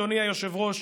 אדוני היושב-ראש,